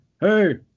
hey